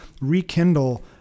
rekindle